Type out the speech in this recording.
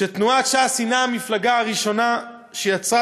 שתנועת ש"ס הנה המפלגה הראשונה שיצרה